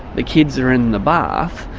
the kids are in the bath,